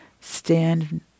stand